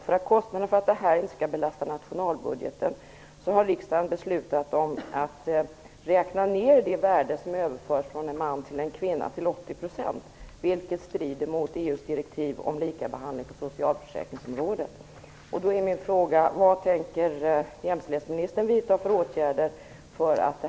För att kostnaderna inte skall belasta nationalbudgeten har riksdagen beslutat att räkna ned det värde som överförs från en man till en kvinna till 80 %. Detta strider mot EU:s direktiv om lika behandling på socialförsäkringsområdet.